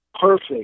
perfect